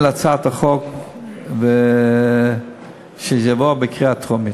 להצעת החוק והיא תעבור בקריאה טרומית.